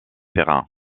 terrains